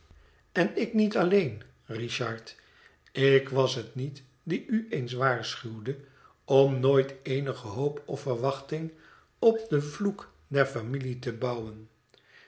en ik niet alleen richard ik was het niet die u eens waarschuwde om nooit eenigc hoop of verwachting op den vloek der familie te bouwen